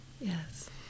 Yes